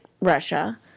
Russia